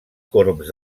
corbs